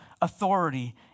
authority